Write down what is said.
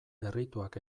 errituak